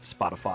Spotify